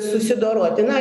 susidoroti na